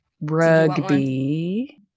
rugby